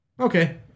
Okay